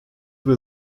will